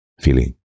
feeling